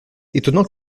étonnant